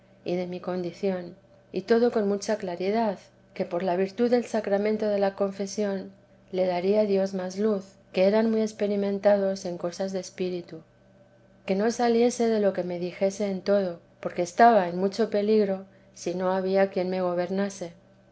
y de mi condición y todo con mucha claridad que por la virtud del sacramento de la confesión le daría dios más luz que eran muy experimentados en cosas de espíritu que no saliese de lo que me dijese en todo porque estaba en mucho peligro si no había quien me gobernase